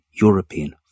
European